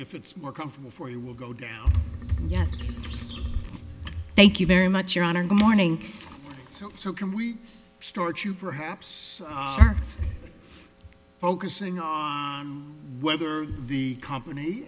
if it's more comfortable for you will go down yes thank you very much your honor good morning so can we start you perhaps focusing on whether the company